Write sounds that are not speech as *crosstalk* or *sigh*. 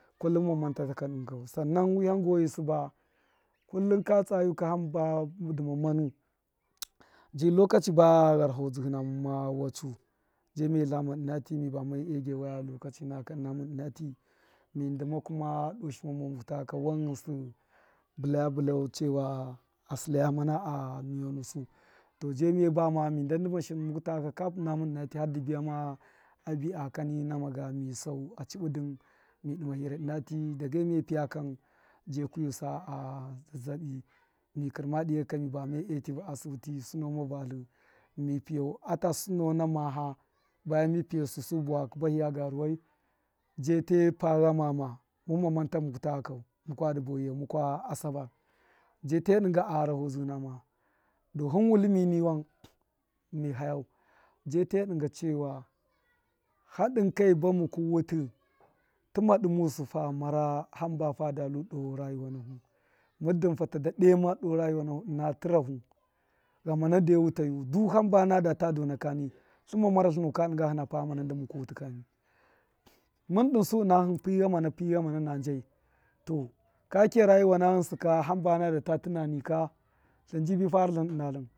Kullun munma manta taka dṫngṫ kau sannan wṫhan goyi sṫba kullun kira tsa yuka hamba dṫma manu *hesitation* ji lokachi ba gharahoztṫhṫ nama ma wachu je miye tlama mi bame e gewaya lokachi naka ka ṫna mun ṫna ti mi ndṫmau kuma doo shimemau muku takaka wan ghṫnsṫ bṫlaya bṫlau chewa a sṫla mana a miyo nusu to je miye bama mi nda ndṫma shin muku taka’ka kap ṫna mun ṫna tṫ har dṫ biyama a bi a kan namaga mi sau a chibṫ dṫn mi dṫma hira ṫna ti, dage miye pṫya kam je kuyusa a zazzabi, mi kirma dṫkaka mi bame tṫvṫ a sṫpṫti sṫoma vatlṫ mi pṫyau ata sṫno na maha, bayan mi pṫya su su bawakṫ bahṫya garuwai je te pa ghamama munma manta muku takakau mukwa asabar je te dṫnga a gharahozdṫhṫ nama du hṫn wutlṫmi niwan mi hayau je te dṫnga chewa hadṫn kai ba muku wuti, tṫma dṫmusṫ ha mara hṫmba fada lu doo rayuwa nahu muddin fata dade ma doo rayuwa ṫna trahu ghama de wutayu du hamba nada ta dona kani tlṫmma mara tlṫnu ka dṫnga hṫna pa ghamana ndṫ muku wuṫ kani, mṫn dṫnsu ṫna hṫn pṫ ghame pṫ ghame nan jai to ka kiya ruyi wana ghṫnsṫ ka hṫmba na da tunani ka tlṫn jibi faratlṫn ṫna hṫn.